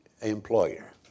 employer